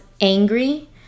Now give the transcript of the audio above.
angry